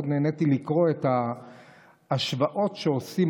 מאוד נהניתי לקרוא את ההשוואות שעושים,